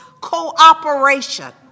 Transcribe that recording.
Cooperation